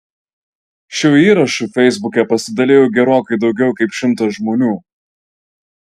šiuo įrašu feisbuke pasidalijo gerokai daugiau kaip šimtas žmonių